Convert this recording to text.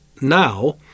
now